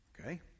Okay